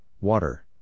water